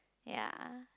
ya